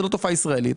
זו לא תופעה ישראלית,